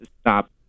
stop